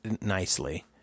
nicely